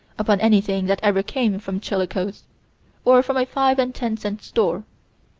upon anything that ever came from chillicothe or from a five and ten cent store.